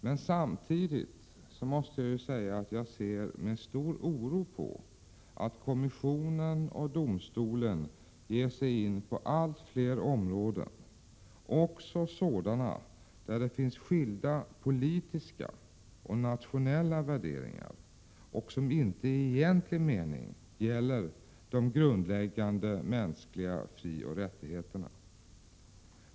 Men samtidigt måste jag säga att jag ser med stor oro på att kommissionen och domstolen ger sig in på allt fler områden, också sådana där det finns skilda politiska och nationella värderingar och som inte i egentlig mening gäller de grundläggande mänskliga frioch rättigheterna.